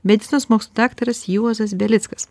medicinos mokslų daktaras juozas belickas